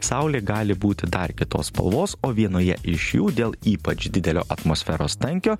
saulė gali būti dar kitos spalvos o vienoje iš jų dėl ypač didelio atmosferos tankio